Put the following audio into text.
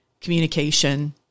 communication